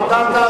הודעת,